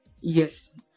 Yes